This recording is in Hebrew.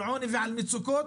צריכים לשמור על היציבות הבנקאית.